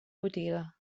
botiga